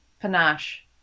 panache